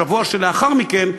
בשבוע שלאחר מכן,